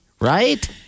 Right